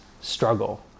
struggle